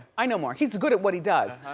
i know marc. he's good at what he does.